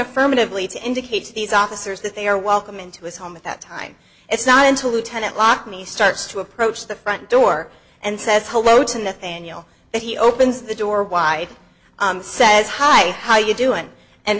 affirmatively to indicate these officers that they are welcome into his home at that time it's not until lieutenant lock me starts to approach the front door and says hello to nathaniel that he opens the door wide says hi how you doing and